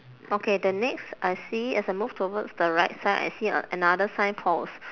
okay the next I see as I move towards the right side I see a another sign post